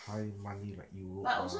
high money like europe ah